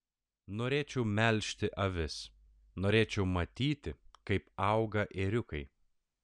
norėčiau melžti avis norėčiau matyti kaip auga ėriukai